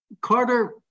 carter